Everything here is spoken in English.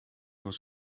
was